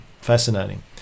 Fascinating